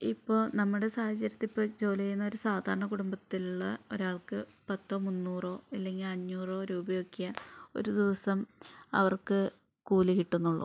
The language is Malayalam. ഇപ്പോൾ നമ്മുടെ സാഹചര്യത്തിലിപ്പോൾ ജോലി ചെയ്യുന്ന ഒരു സാധാരണ കുടുംബത്തിലുള്ള ഒരാൾക്ക് പത്തോ മുന്നൂറോ ഇല്ലെങ്കിൽ അഞ്ഞൂറോ രൂപയൊക്കെയേ ഒരു ദിവസം അവർക്ക് കൂലി കിട്ടുന്നുള്ളൂ